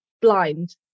blind